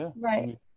right